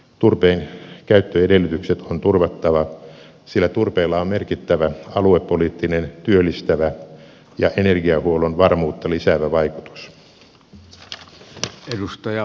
turpeen käyttöedellytykset on turvattava sillä turpeella on merkittävä aluepoliittinen työllistävä ja energiahuollon varmuutta lisäävä vaikutus